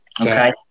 Okay